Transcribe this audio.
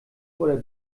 oder